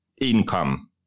income